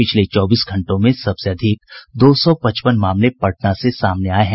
पिछले चौबीस घंटों में सबसे अधिक दो सौ पचपन मामले पटना से सामने आये हैं